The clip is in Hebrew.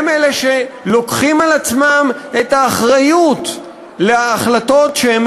הם אלה שלוקחים על עצמם את האחריות להחלטות שהם